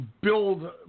build